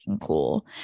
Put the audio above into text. cool